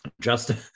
Justin